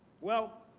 well,